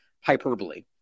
hyperbole